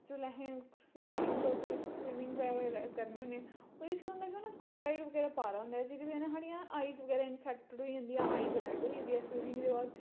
अगर अस swimming pool च स्विमिंग बगैरा करने होन्नें ओह्दे च केह् होंदा कि उ'नें क्लोराईड पा दा होंदा जेह्दी ब'जा नै साढ़ी आईज बगैरा अफैक्टिड होई जंदियां आईज रैड्ड होई जंदियां स्विमिंग दे बाद